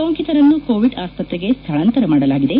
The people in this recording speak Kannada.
ಸೋಂಕಿತರು ಕೋವಿಡ್ ಆಸ್ವತ್ರೆಗೆ ಸ್ಥಳಾಂಂತರ ಮಾಡಲಾಗಿದೆ